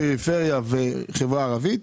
פריפריה וחברה ערבית,